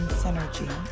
synergy